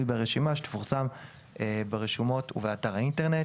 ברשימה שתפורסם ברשומות ובאתר האינטרנט.